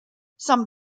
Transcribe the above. some